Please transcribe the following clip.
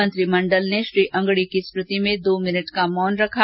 मंत्रिमंडल ने श्री अंगडी की स्मृति में दो मिनट का मौन रखा